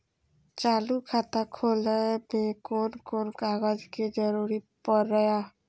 चालु खाता खोलय में कोन कोन कागज के जरूरी परैय?